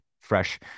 fresh